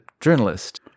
journalist